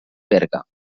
berga